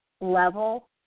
level